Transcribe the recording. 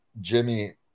Jimmy